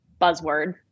buzzword